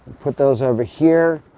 put those over here.